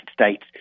States